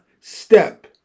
step